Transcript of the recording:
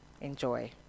Enjoy